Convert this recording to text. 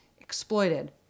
exploited